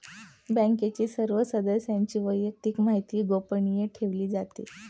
बँकेच्या सर्व सदस्यांची वैयक्तिक माहिती गोपनीय ठेवली जाते